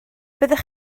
byddech